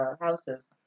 houses